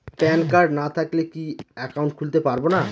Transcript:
Pan card না থাকলে কি একাউন্ট খুলতে পারবো না?